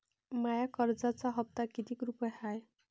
माया कर्जाचा हप्ता कितीक रुपये हाय?